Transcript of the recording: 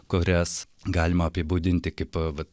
kurias galima apibūdinti kaip a vat